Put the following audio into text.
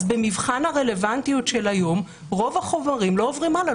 אז במבחן הרלוונטיות של היום רוב החומרים לא עוברים הלאה,